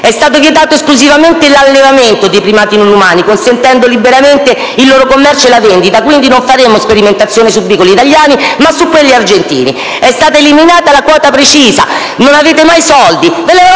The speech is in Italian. È stato vietato esclusivamente l'allevamento dei primati non umani, consentendo il loro libero commercio e la vendita. Quindi, non faremo sperimentazioni su esemplari italiani ma su quelli argentini. È stata eliminata la quota precisa. Non avete mai soldi.